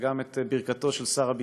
וגם את ברכתו של שר הביטחון,